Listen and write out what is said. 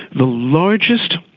the largest